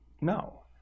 no